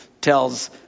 tells